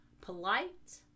polite